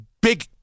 big